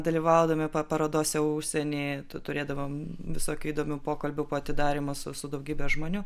dalyvaudami pa parodose užsieny turėdavom visokių įdomių pokalbių po atidarymo su su daugybe žmonių